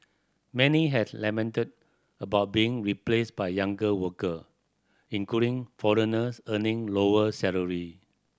many has lamented about being replaced by younger worker including foreigners earning lower salary